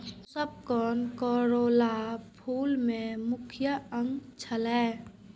पुष्पकोष कोरोला फूल के मुख्य अंग छियै